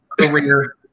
career